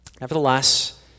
Nevertheless